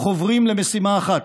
חוברים למשימה אחת,